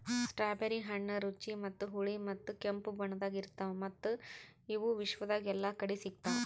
strawberry ಹಣ್ಣ ರುಚಿ ಮತ್ತ ಹುಳಿ ಮತ್ತ ಕೆಂಪು ಬಣ್ಣದಾಗ್ ಇರ್ತಾವ್ ಮತ್ತ ಇವು ವಿಶ್ವದಾಗ್ ಎಲ್ಲಾ ಕಡಿ ಸಿಗ್ತಾವ್